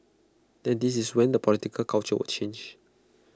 and this is when the political culture will change